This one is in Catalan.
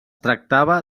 tractava